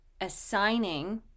assigning